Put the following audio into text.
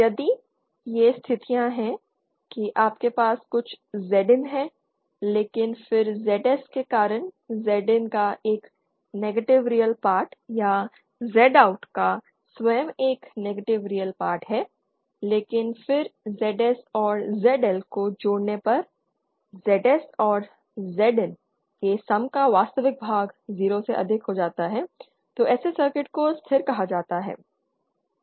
यदि ये स्थितियां हैं के आपके पास कुछ ZIN हैं लेकिन फिर ZS के कारण ZIN का एक नेगेटिव रियल पार्ट या Z OUT का स्वयं एक नेगेटिव रियल पार्ट है लेकिन फिर ZS और ZL को जोड़ने पर ZS और ZIN के सम का वास्तविक भाग 0 से अधिक हो जाता है तो ऐसे सर्किट को स्थिर कहा जाता है